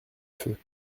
feu